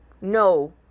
No